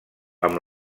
amb